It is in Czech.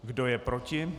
Kdo je proti?